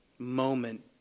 moment